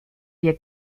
wir